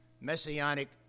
messianic